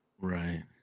right